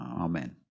Amen